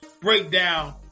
breakdown